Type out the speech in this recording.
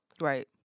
Right